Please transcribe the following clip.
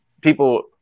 people